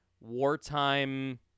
wartime